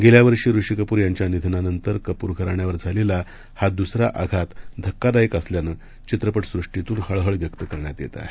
गेल्यावर्षीऋषीकपूरयांच्यानिधनानंतरकपूरघराण्यावरझालेलाहादुसराआघातधक्कादायकअसल्यानंचित्रपटसृष्टीतूनहळहळव्यक्तकर ण्यातयेतआहे